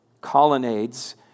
colonnades